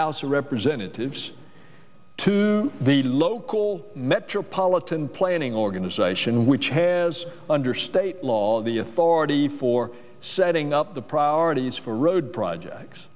house of representatives to the local metropolitan planning organization which has under state law the authority for setting up the priorities for road projects